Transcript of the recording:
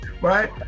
right